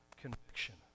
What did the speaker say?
conviction